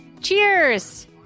Cheers